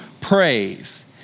praise